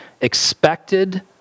expected